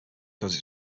because